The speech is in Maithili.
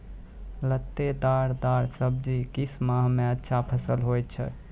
लतेदार दार सब्जी किस माह मे अच्छा फलन होय छै?